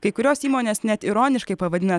kai kurios įmonės net ironiškai pavadina